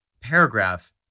paragraph